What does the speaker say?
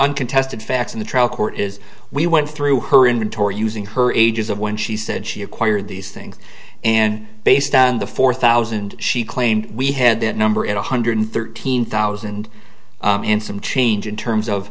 uncontested facts in the trial court is we went through her inventory using her ages of when she said she acquired these things and based on the four thousand she claimed we had that number at one hundred thirteen thousand and some change in terms of